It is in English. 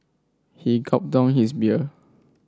he gulped down his beer